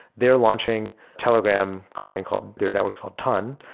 they're launching telegram coin called their network is called ton,